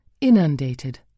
Inundated